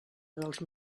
dels